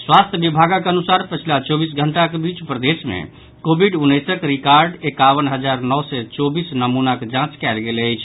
स्वास्थ्य विभागक अनुसार पछिला चौबीस घंटाक बीच प्रदेश मे कोविड उन्नैसक रिकार्ड एकावन हजार नओ सय चौबीस नमूनाक जांच कयल गेल अछि